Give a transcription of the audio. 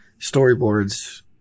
storyboards